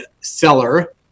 seller